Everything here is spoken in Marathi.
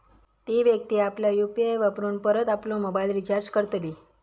ती व्यक्ती आपल्या यु.पी.आय वापरून परत आपलो मोबाईल रिचार्ज करतली